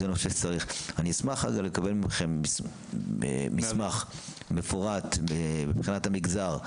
אני אשמח לקבל מכם מסמך מפורט מבחינת המגזר,